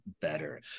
better